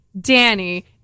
Danny